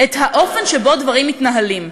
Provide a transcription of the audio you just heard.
את האופן שבו דברים מתנהלים.